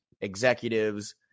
executives